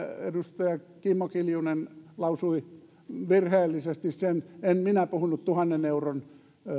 edustaja kimmo kiljunen lausui sen virheellisesti en minä puhunut tuhannen euron